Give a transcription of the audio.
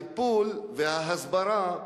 גברתי השרה,